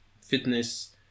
fitness